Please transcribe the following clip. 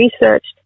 researched